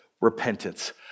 repentance